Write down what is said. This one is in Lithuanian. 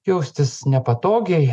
jaustis nepatogiai